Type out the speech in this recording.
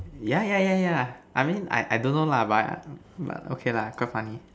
yeah yeah yeah yeah I mean I I don't know lah but but okay lah quite funny